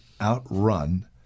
outrun